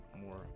more